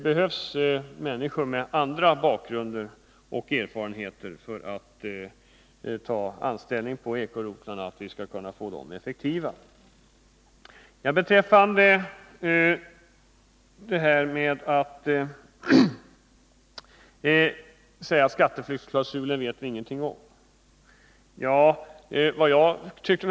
Att människor med annan bakgrund och erfarenhet tar anställning på eko-rotlarna är vad som behövs för att dessa skall bli effektiva. Skatteflyktsklausulen vet vi ännu ingenting om, menade budgetministern.